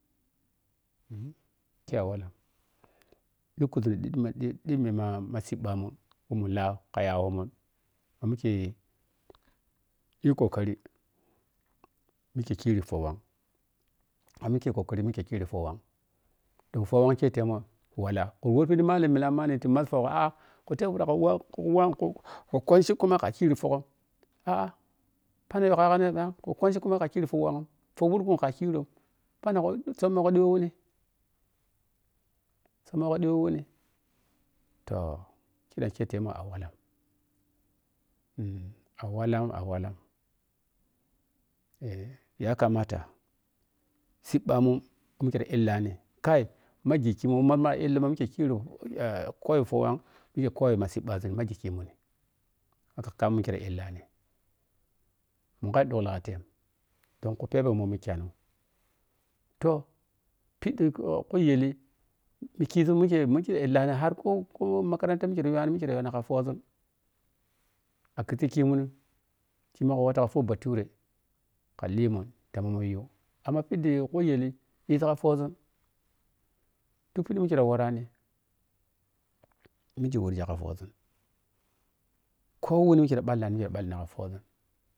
Ke a walla ɗhukuzum ni ɗhi ɗhi ɗhimmi ma siibbammun wo mu lawka yawumun ma mike yi kokari mi ki kira phowhang ma mike yi kokari miki kiri phowhan toh phowhang kei temoh walla kar wor phiɗi manni millam manni ti mmazz fogho kaitep ka ku whang kwanci kuma ka kiri phoghoi phanang ɗi kayaggaiya phiran ke uwanchi kuma ka khiriga fa whang wurkun ka khiro pgirangg summogho ɗiyo wuni summogho ɗiyo wuni toh ki ɗam ke temu awalla um a walla awalla eh yakamata siibbamun mike ɗa illani kai ma giggkimun ma mike kkiro yoyi fowhang mike koyima siibba zun ma giggkimun ma kakkamun mike da illang mu ka ɗhukkle ka fed don ku phebne momma kheno toh phiɗi kujel kizun mike mike illani hark oh koh makaranta ti yuwan mike yi ka fozun a ki zii ku mmun kumu watu ka fobature ka limun ta mu munyun a kudi kujel ɗhita ka fozun duk phiɗi ike ta warani mikewar ghi ka fozun koh ni mike ta phallna phallna ka fazun.